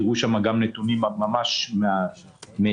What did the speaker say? תראו שם גם נתונים ממש מאתמול,